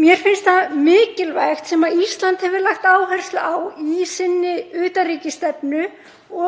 Mér finnst það mikilvægt sem Ísland hefur lagt áherslu á í sinni utanríkisstefnu